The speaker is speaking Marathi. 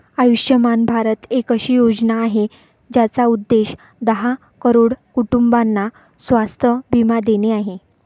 आयुष्यमान भारत एक अशी योजना आहे, ज्याचा उद्देश दहा करोड कुटुंबांना स्वास्थ्य बीमा देणे आहे